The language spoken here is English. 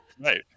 Right